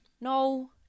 No